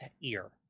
ear